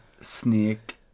Snake